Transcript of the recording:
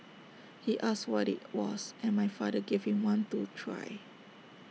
he asked what IT was and my father gave him one to try